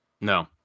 No